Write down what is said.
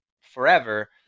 forever